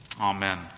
Amen